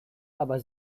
aber